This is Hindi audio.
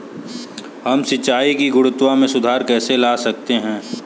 हम सिंचाई की गुणवत्ता में सुधार कैसे ला सकते हैं?